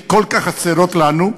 שכל כך חסרות לנו,